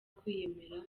kwiyemera